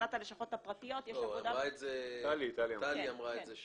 מבחינת הלשכות הפרטיות יש עבודה --- טלי אמרה את זה,